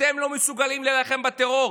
אתם לא מסוגלים להילחם בטרור,